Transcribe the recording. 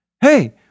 hey